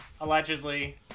allegedly